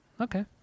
Okay